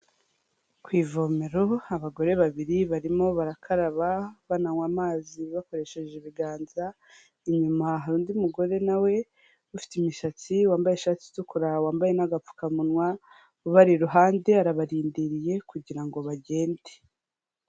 Ku ivomero abagore babiri barimo barakaraba bananywa amazi bakoresheje ibiganza, inyuma hari undi mugore nawe ufite imisatsi wambaye ishati itukura wambaye n'agapfukamunwa ubari iruhande arabarindiriye kugira ngo bagende.